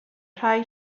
rhai